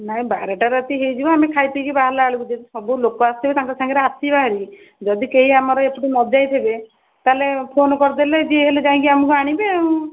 ନାଇଁ ବାରଟା ରାତି ହେଇଯିବ ଆମେ ଖାଇ ପିଇକି ବାହାରିଲା ବେଳକୁ ଯଦି ସବୁ ଲୋକ ଆସିବେ ତାଙ୍କ ସହ ଆସିବା ଭାରି ଯଦି କେହି ଆମର ଏପଟୁ ନ ଯାଇଥିବେ ତାହେଲେ ଫୋନ୍ କରିଦେଲେ ଯିଏ ହେଲେ ଯାଇକି ଆମକୁ ଆଣିବେ ଆଉ